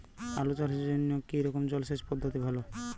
আলু চাষের জন্য কী রকম জলসেচ পদ্ধতি ভালো?